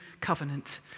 covenant